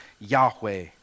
Yahweh